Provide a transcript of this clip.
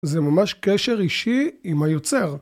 זה ממש קשר אישי עם היוצר.